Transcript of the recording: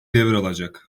devralacak